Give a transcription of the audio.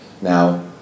Now